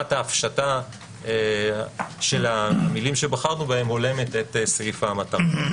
שרמת ההפשטה של המילים שבחרנו בהן הולמת את סעיף המטרה.